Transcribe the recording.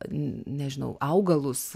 n nežinau augalus